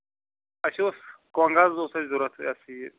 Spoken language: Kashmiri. اَسہِ اوس کۄنٛگ حظ اوس اَسہِ ضروٗرت یا سا یہِ